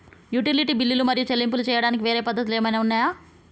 Utility బిల్లులు మరియు చెల్లింపులు చేయడానికి వేరే పద్ధతులు ఏమైనా ఉన్నాయా?